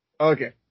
Okay